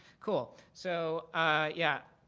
cool, so yeah,